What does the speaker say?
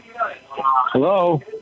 Hello